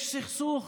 יש סכסוך